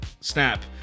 snap